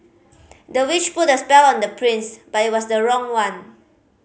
the witch put a spell on the prince but it was the wrong one